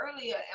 earlier